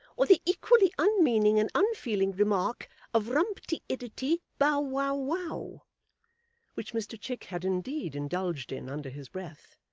or the equally unmeaning and unfeeling remark of rump-te-iddity, bow-wow-wow which mr chick had indeed indulged in, under his breath,